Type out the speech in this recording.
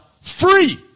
free